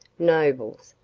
nobles,